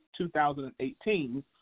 2018